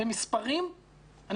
במספרים אני